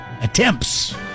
attempts